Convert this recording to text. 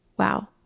Wow